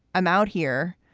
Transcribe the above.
i'm out here,